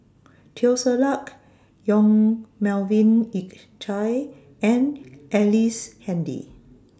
Teo Ser Luck Yong Melvin Yik Chye and Ellice Handy